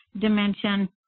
dimension